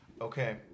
Okay